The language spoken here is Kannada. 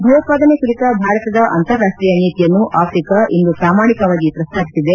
ಭಯೋತ್ವಾದನೆ ಕುರಿತ ಭಾರತದ ಅಂತಾರಾಷ್ವೀಯ ನೀತಿಯನ್ನು ಆಫ್ರಿಕಾ ಇಂದು ಪ್ರಾಮಾಣಿಕವಾಗಿ ಪ್ರಸ್ತಾಪಿಸಿದೆ